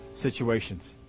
situations